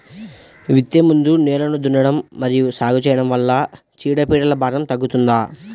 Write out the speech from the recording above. విత్తే ముందు నేలను దున్నడం మరియు సాగు చేయడం వల్ల చీడపీడల భారం తగ్గుతుందా?